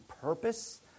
purpose